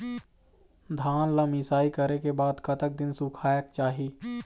धान ला मिसाई करे के बाद कतक दिन सुखायेक चाही?